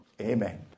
Amen